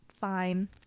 fine